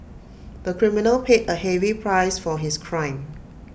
the criminal paid A heavy price for his crime